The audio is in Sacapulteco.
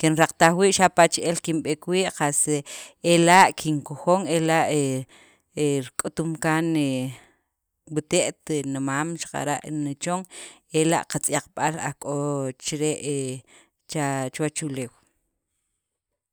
kinraqtaj wii' xapa' che'el kinb'eek wii' qas ela kinkojon ela' he k'utum kaan he wute't, nimaam xaqara' nichon ela' qatz'yaqb'al aj k'o chire' cha chuwach uleew.